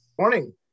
Morning